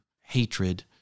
hatred